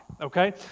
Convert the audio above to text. okay